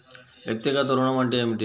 వ్యక్తిగత ఋణం అంటే ఏమిటి?